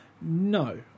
No